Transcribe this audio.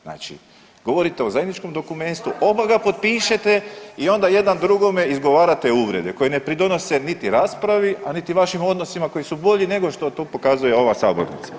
Znači govorite o zajedničkom dokumentu, oba ga potpište i onda jedan drugome izgovarat uvrede koje ne pridonose niti raspravi, a niti vašim odnosima koji su bolji nego što to pokazuje ova sabornica.